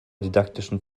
didaktischen